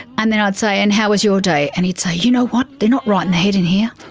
and then i'd say, and how was your day? and he'd say, you know what, they're not right in the head in here.